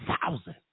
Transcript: thousand